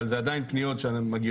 אבל זה עדיין פניות שמגיעות,